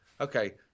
Okay